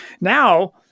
Now